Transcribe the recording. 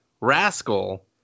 Rascal